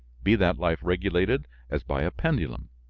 be that life regulated as by a pendulum.